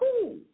cool